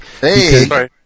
Hey